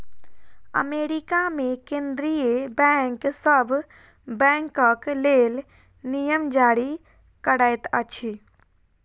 America मे केंद्रीय bank सभ बैंकक लेल नियम जारी करैत अछि